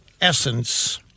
essence